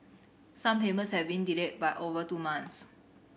some payments have been delayed by over two months